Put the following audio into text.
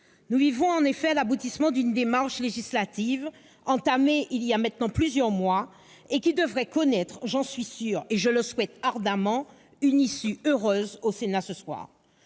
Nous vivons en effet l'aboutissement d'une démarche législative entamée il y a plusieurs mois et qui devrait connaître- je le souhaite ardemment ! -une issue heureuse au Sénat ce soir.